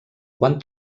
quan